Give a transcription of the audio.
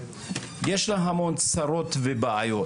יש לה המון צרות ובעיות.